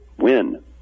Win